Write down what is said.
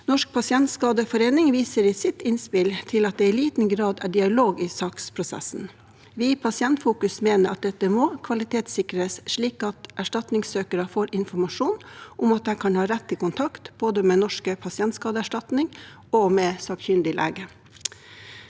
også. Pasientskadeforeningen viser i sitt innspill til at det i liten grad er dialog i saksprosessen. Vi i Pasientfokus mener dette må kvalitetssikres, slik at erstatningssøkere får informasjon om at de kan ha rett til kontakt med både Norsk pasientskadeerstatning og sakkyndig lege.